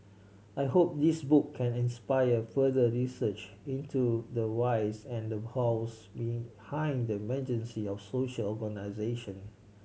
I hope this book can inspire further research into the whys and the hows behind the emergence of social organisation